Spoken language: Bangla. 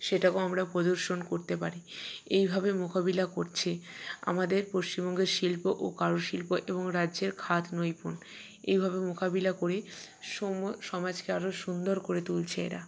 সেটাকেও আমরা প্রদর্শন করতে পারি এইভাবে মোকাবিলা করছে আমাদের পশ্চিমবঙ্গের শিল্প ও কারুশিল্প এবং রাজ্যের খাদ নৈপুণ এইভাবে মোকাবিলা করেই সমাজকে আরও সুন্দর করে তুলছে এরা